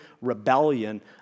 rebellion